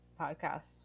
podcast